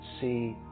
see